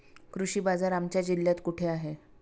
कृषी बाजार आमच्या जिल्ह्यात कुठे आहे?